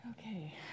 Okay